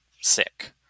sick